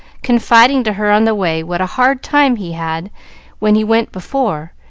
confiding to her on the way what a hard time he had when he went before,